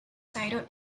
titled